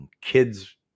kids